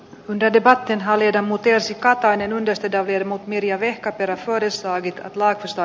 wrede patten halidamu tiesi katainen kestetä virmo mirja vehkaperä voidessaan laakista